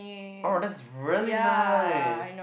oh that's really nice